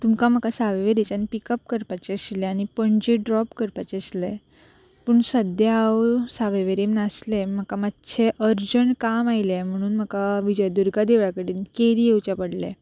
तुमकां म्हाका सावय वेरेंच्यान पिकअप करपाचें आशिल्लें आनी पणजे ड्रॉप करपाचें आशिल्लें पूण सद्द्यां हांव सावय वेरें नासलें म्हाका मात्शे अर्जंट काम आयलें म्हणून म्हाका विजयदुर्गा देवळा कडेन केरी येवचे पडलें